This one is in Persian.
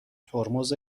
ترمز